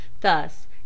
thus